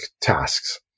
tasks